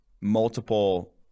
multiple